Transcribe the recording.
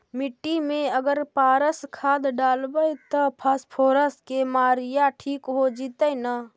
मिट्टी में अगर पारस खाद डालबै त फास्फोरस के माऋआ ठिक हो जितै न?